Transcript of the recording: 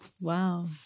wow